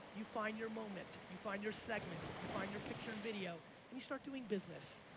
you find your moment. you find your segment. you find your picture and video and you start doing business.